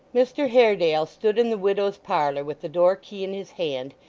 mr haredale stood in the widow's parlour with the door-key in his hand,